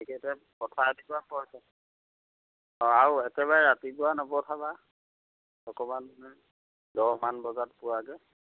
অঁ আৰু একেবাৰে ৰাতিপুৱা নবঠাবা অকমান মানে দহমান বজাত পোৱাকে